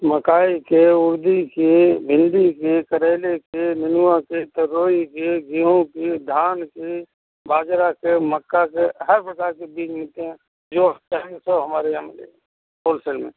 मकाई के उड़द के भिंडी के करेले के ननुआ के तुरई के गेहूँ के धान के बाजरा के मक्का के हर प्रकार के बीज मिलते हैं जो चाहे सो हमारे यहाँ मिल होलसेल में